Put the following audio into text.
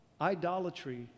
Idolatry